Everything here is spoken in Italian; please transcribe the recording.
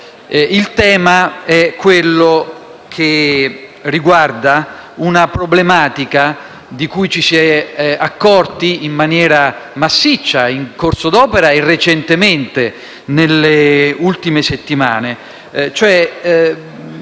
sollecitato e concerne una problematica di cui ci si è accorti in maniera massiccia in corso d'opera e recentemente, nelle ultime settimane.